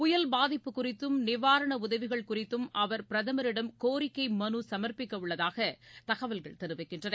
புயல் பாதிப்பு குறித்தும் நிவாரண உதவிகள் குறித்தும் அவர் பிரதமரிடம கோரிக்கை மனு சமர்ப்பிக்கவுள்ளதாக தகவல்கள் தெரிவிக்கின்றன